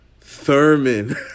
Thurman